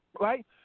Right